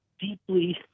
deeply